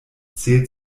zählt